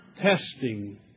testing